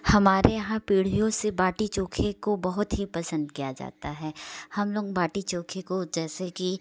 हमारे यहाँ पीढ़ियों से बाटी चोखे को बहुत ही पसंद किया जाता है हम लोग बाटी चोखे को जैसे कि